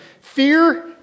fear